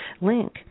link